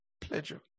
pleasure